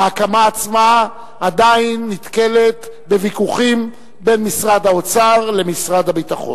ההקמה עצמה עדיין נתקלת בוויכוחים בין משרד האוצר למשרד הביטחון.